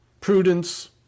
prudence